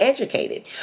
educated